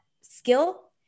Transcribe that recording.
skill